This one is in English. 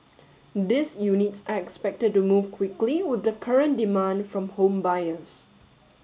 these units are expected to move quickly with the current demand from home buyers